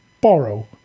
borrow